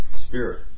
spirit